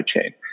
chain